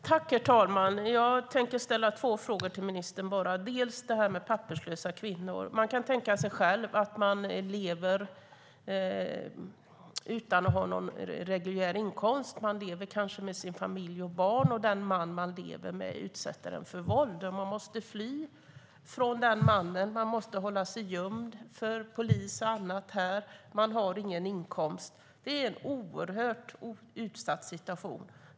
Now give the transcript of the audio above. Herr talman! Jag tänker ställa två frågor till ministern. Den första gäller papperslösa kvinnor. Vi kan själva tänka oss hur det är att leva utan att ha någon reguljär inkomst, kanske med sin familj och sina barn och kanske med en man som utsätter en för våld. Det handlar om att de måste fly från den mannen, att hålla sig gömda för polis och annat och att inte ha någon inkomst. Det är en oerhört utsatt situation.